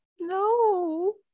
no